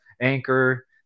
Anchor